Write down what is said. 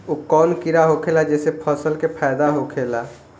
उ कौन कीड़ा होखेला जेसे फसल के फ़ायदा होखे ला?